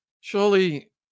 surely